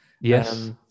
Yes